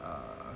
err